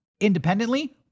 independently